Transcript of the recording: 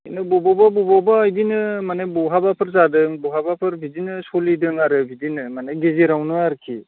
खिन्थु ब'बावबा ब'बावबा बिदिनो माने ब'हाबाफोर जादों ब'हाबाफोर बिदिनो स'लिदों आरो बिदिनो माने गेजेरावनो आरोखि